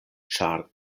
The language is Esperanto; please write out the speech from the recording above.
ĉar